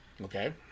Okay